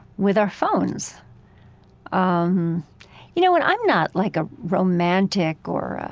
with our phones um you know, and i'm not like a romantic or